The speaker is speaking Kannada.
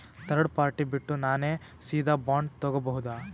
ಥರ್ಡ್ ಪಾರ್ಟಿ ಬಿಟ್ಟು ನಾನೇ ಸೀದಾ ಬಾಂಡ್ ತೋಗೊಭೌದಾ?